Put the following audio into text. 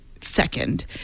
second